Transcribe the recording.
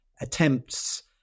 attempts